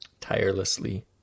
tirelessly